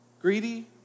greedy